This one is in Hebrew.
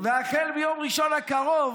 החל מיום ראשון הקרוב